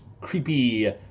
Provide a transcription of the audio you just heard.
creepy